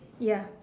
ya